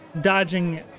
dodging